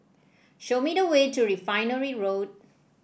show me the way to Refinery Road